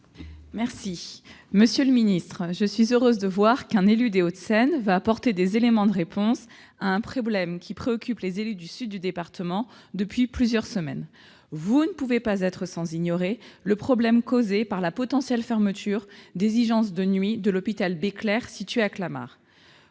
santé. Monsieur le secrétaire d'État, je suis heureuse de voir qu'un élu des Hauts-de-Seine va apporter des éléments de réponse à un problème qui préoccupe les élus du sud du département depuis plusieurs semaines. Vous ne pouvez pas ignorer le problème causé par la possible fermeture des urgences de nuit de l'hôpital Béclère, situé à Clamart.